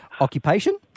Occupation